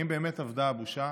האם באמת אבדה הבושה?